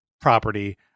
property